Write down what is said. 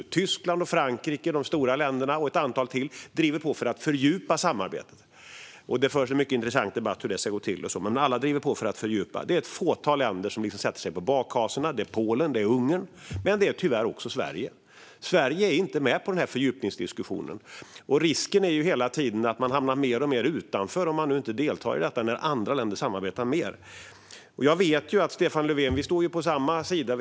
De stora länderna - Tyskland och Frankrike - och ett antal länder till driver på för att fördjupa samarbetet, och det förs en mycket intressant debatt om hur det ska gå till. Det är ett fåtal länder som sätter sig på bakhasorna: Polen och Ungern, men tyvärr också Sverige. Sverige är inte med på denna fördjupningsdiskussion. Risken är att man hela tiden hamnar mer och mer utanför om man inte deltar när andra länder samarbetar mer. Jag vet, Stefan Löfven, att vi står på samma sida.